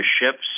ships